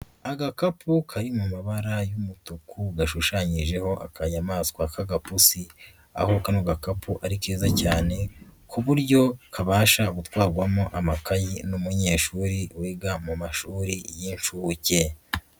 Agakapu kari mu mabara y'umutuku, gashushanyijeho akanyamaswa k'agapusi, aho kano gakapu ari keza cyane ku buryo kabasha gutwarwamo amakayi n'umunyeshuri wiga mu mashuri y'incuke.